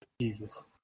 Jesus